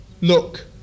look